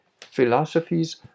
philosophies